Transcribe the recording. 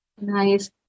nice